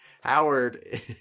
howard